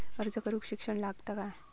अर्ज करूक शिक्षण लागता काय?